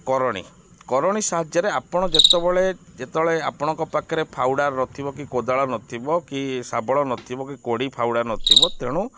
କରଣୀ କରଣୀ ସାହାଯ୍ୟରେ ଆପଣ ଯେତେବେଳେ ଯେତେବେଳେ ଆପଣଙ୍କ ପାଖରେ ଫାଉଡ଼ା ନଥିବ କି କୋଦାଳ ନଥିବ କି ଶାବଳ ନଥିବ କି କୋଡ଼ି ଫାଉଡ଼ା ନଥିବ ତେଣୁ